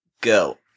go